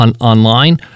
online